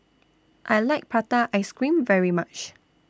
I like Prata Ice Cream very much